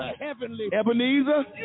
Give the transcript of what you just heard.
Ebenezer